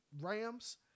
Rams